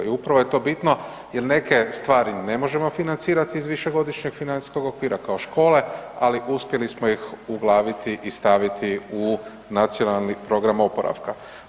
I upravo je to bitno jer neke stvari ne možemo financirati iz višegodišnjeg financijskog okvira kao škole, ali uspjeli smo ih uglaviti i staviti u nacionalni program oporavka.